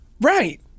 right